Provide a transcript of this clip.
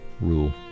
rule